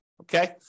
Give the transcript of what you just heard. okay